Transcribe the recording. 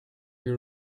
you